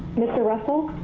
mr. russell?